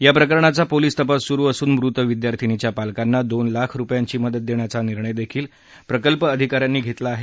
या प्रकरणाचा पोलीस तपास सुरू असून मृत विद्यार्थिनीच्या पालकांना दोन लाख रुपयांची मदत देण्याचा निर्णयही प्रकल्प अधिकाऱ्यांनी घेतला आहे